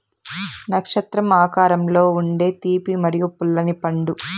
నక్షత్రం ఆకారంలో ఉండే తీపి మరియు పుల్లని పండు